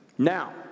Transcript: Now